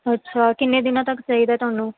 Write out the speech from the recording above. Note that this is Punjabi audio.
ਅੱਛਾ ਕਿੰਨੇ ਦਿਨਾਂ ਤੱਕ ਚਾਹੀਦਾ ਤੁਹਾਨੂੰ